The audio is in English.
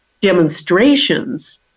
demonstrations